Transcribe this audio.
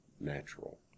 natural